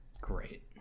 great